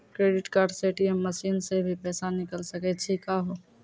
Credit card से ATM machine से भी पैसा निकल सकै छि का हो?